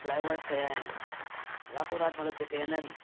flyovers ठहिया आहिनि रातो राति मतिलबु जेके आहिनि